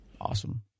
awesome